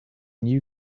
new